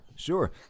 Sure